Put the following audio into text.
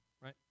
Right